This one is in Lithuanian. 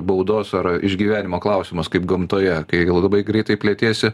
baudos ar išgyvenimo klausimas kaip gamtoje kai labai greitai pletiesi